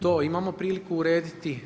To imamo priliku urediti.